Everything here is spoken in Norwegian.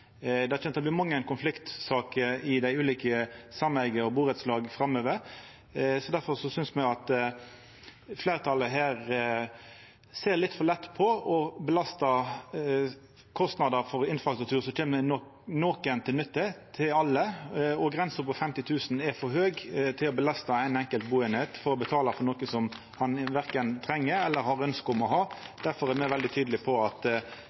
kjem til å bli mange konfliktsaker i dei ulike sameiga og burettslaga framover. Difor synest me at fleirtalet her ser litt for lett på å belasta alle kostnader for infrustruktur som kjem nokon til nytte, og grensa på 50 000 kr er for høg til å belasta ei enkelt bueining for noko som dei verken treng eller har ønske om. Difor er me veldig tydelege på at